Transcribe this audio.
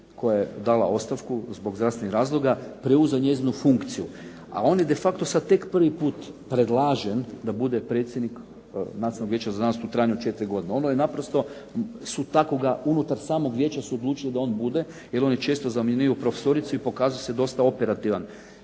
koja je dala ostavku zbog zdravstvenih razloga preuzeo njezinu funkciju, a oni de facto sad tek prvi put predlažem da bude predsjednik Nacionalnog vijeća za znanost u trajanju od 4 godine, ono je naprosto su tako ga unutar samog vijeća su odlučili da on bude jer on je često zamjenjivao profesoricu i pokazao se dosta operativan.